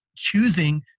choosing